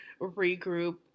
regroup